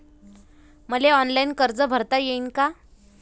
मले ऑनलाईन कर्ज भरता येईन का?